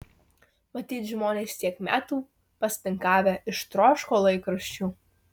matyt žmonės tiek metų pasninkavę ištroško laikraščių